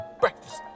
breakfast